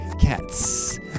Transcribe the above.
cats